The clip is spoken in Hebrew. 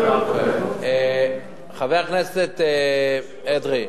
חבר הכנסת אדרי,